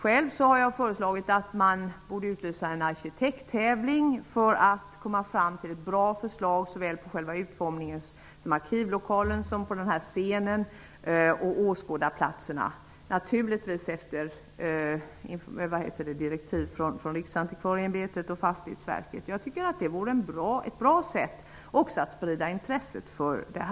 Själv har jag föreslagit att man skulle utlysa en arkitekttävling för att komma fram till ett bra förslag på såväl själva utformningen av arkivlokalen som scenen och åskådarplatserna, naturligtvis efter direktiv från Riksantikvarieämbetet och Fastighetsverket. Jag tycker att det vore ett bra sätt, också att sprida intresset för projektet.